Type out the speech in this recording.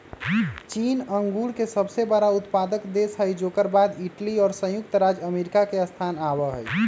चीन अंगूर के सबसे बड़ा उत्पादक देश हई जेकर बाद इटली और संयुक्त राज्य अमेरिका के स्थान आवा हई